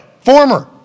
Former